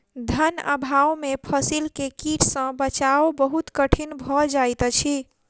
धन अभाव में फसील के कीट सॅ बचाव बहुत कठिन भअ जाइत अछि